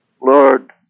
Lord